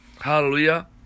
Hallelujah